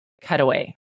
cutaway